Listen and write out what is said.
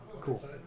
Cool